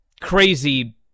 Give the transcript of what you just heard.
crazy